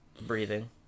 Breathing